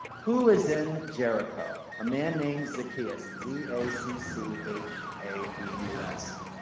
who is in jericho? a man named zacchaeus, z a c c h a e u s,